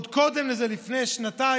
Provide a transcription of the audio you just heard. עוד קודם לזה, לפני שנתיים,